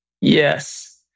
Yes